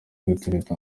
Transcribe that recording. gutereta